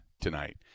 tonight